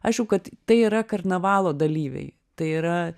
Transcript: aišku kad tai yra karnavalo dalyviai tai yra